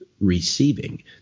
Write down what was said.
receiving